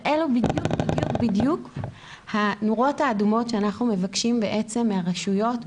ואלו בדיוק הנורות האדומות שאנחנו מבקשים בעצם מהרשויות,